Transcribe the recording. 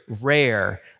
rare